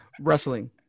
Wrestling